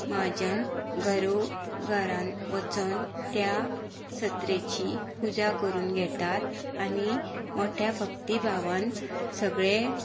महाजन घरोघरान वचून त्या सत्रेची पूजा करून घेतात आनी मोट्या भक्ती भावान सगळें